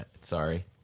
sorry